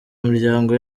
miryango